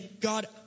God